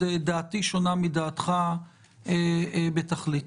דעתי שונה מדעתך בתכלית.